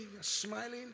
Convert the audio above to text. smiling